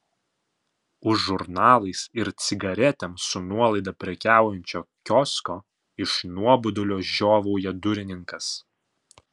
už žurnalais ir cigaretėm su nuolaida prekiaujančio kiosko iš nuobodulio žiovauja durininkas